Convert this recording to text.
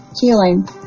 healing